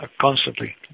constantly